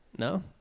No